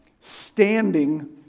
standing